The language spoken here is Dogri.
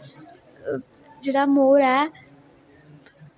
जेहड़ा मोर ऐ